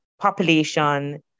population